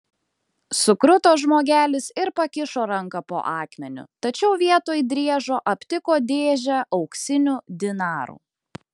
sukruto žmogelis ir pakišo ranką po akmeniu tačiau vietoj driežo aptiko dėžę auksinių dinarų